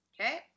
Okay